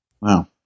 Wow